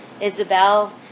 Isabel